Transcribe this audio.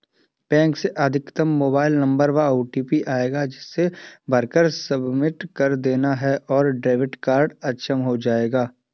bank से अधिकृत mobile number पर ओटीपी आएगा जिसे भरकर सबमिट कर देना है और डेबिट कार्ड अक्षम हो जाएगा